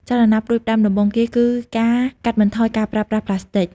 ចលនាផ្តួចផ្តើមដំបូងគេគឺការកាត់បន្ថយការប្រើប្រាស់ប្លាស្ទិក។